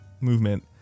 movement